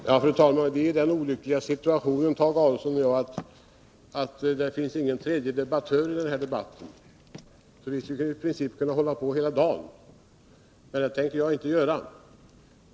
Fru talman! Vi är i den olyckliga situationen, Tage Adolfsson och jag, att det finns ingen tredje deltagare i den här debatten. Vi skulle i princip kunna hålla på hela dagen, men det tänker jag inte göra.